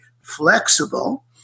flexible